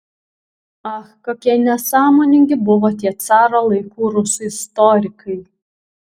ach kokie nesąmoningi buvo tie caro laikų rusų istorikai